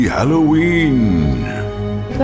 Halloween